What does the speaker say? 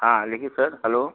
हाँ लेकिन sir hello